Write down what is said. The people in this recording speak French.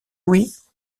louis